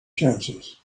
chances